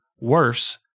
worse